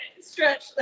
stretch